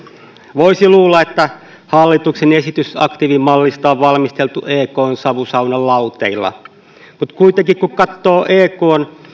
voisi luulla että hallituksen esitys aktiivimallista on valmisteltu ekn savusaunan lauteilla mutta kun katsoo ekn